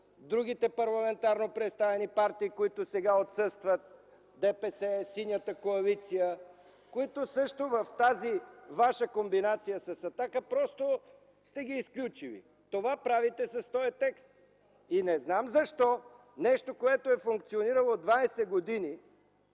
другите парламентарно представени партии, които сега отсъстват – ДПС, Синята коалиция, също в тази ваша комбинация с „Атака” просто сте ги изключили. Това правите с този текст. Не знам защо нещо, което е функционирало 20 години,...